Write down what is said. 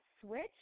switch